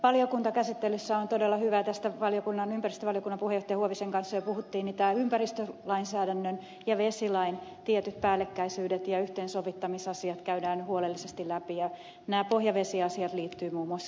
valiokuntakäsittelyssä on todella hyvä tästä ympäristövaliokunnan puheenjohtaja huovisen kanssa jo puhuttiin että ympäristölainsäädännön ja vesilain tietyt päällekkäisyydet ja yhteensovittamisasiat käydään huolellisesti läpi ja nämä pohjavesiasiat liittyvät muun muassa siihen